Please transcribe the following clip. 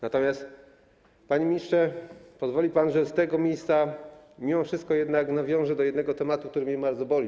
Natomiast, panie ministrze, pozwoli pan, że z tego miejsca mimo wszystko jednak nawiążę do jednego tematu, który mnie bardzo boli.